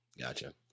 Gotcha